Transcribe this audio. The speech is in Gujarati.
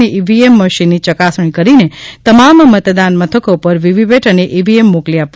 અને ઈવીએમ મશીનની ચકાસણી કરીને તમામ મતદન મથકો પર વીવીપેટ અને ઈવીએમ મોકલી આપવામાં આવ્યા છે